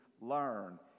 learn